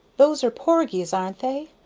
those are porgies, aren't they?